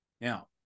Now